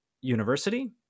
university